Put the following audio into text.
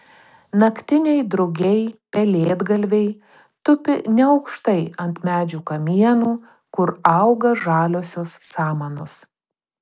naktiniai drugiai pelėdgalviai tupi neaukštai ant medžių kamienų kur auga žaliosios samanos